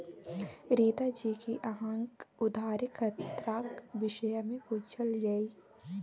रीता जी कि अहाँक उधारीक खतराक विषयमे बुझल यै?